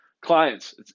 clients